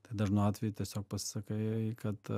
dažnu atveju tiesiog pasisakai kad